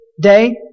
day